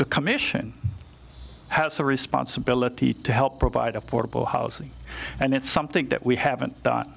the commission has a responsibility to help provide affordable housing and it's something that we haven't